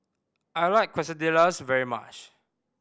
I like Quesadillas very much